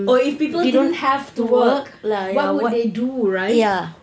oh if people didn't have to work what would they do right